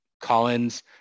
Collins